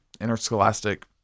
interscholastic